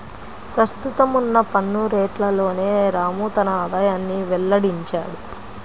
ప్రస్తుతం ఉన్న పన్ను రేట్లలోనే రాము తన ఆదాయాన్ని వెల్లడించాడు